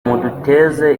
muduteze